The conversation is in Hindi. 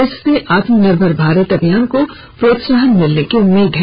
इससे आत्मनिर्भर भारत अभियान को प्रोत्साहन मिलने की उम्मीद है